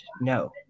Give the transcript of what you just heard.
no